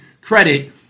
credit